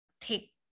take